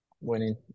winning